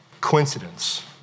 coincidence